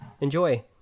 enjoy